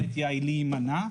הנטייה היא להימנע מהסיכון,